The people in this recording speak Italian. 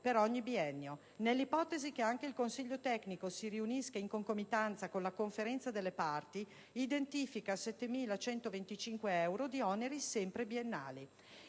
per ogni biennio; nell'ipotesi che anche il Consiglio tecnico si riunisca in concomitanza con la Conferenza delle Parti, identifica 7.125 euro di oneri, sempre biennali.